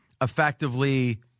effectively –